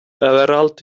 överallt